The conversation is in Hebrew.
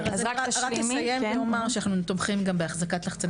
אני רק אסיים ואומר שאנחנו תומכים באחזקת לחצני